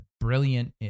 brilliant